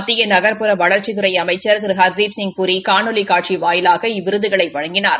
மத்திய நக்புற வளா்ச்சித்துறை அமைச்ச் திரு ஹர்தீப்சிங் பூரி காணொலி காட்சி வாயிலாக இவ்விருதுகளை வழங்கினார்